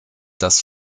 das